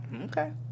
Okay